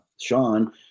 Sean